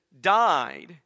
died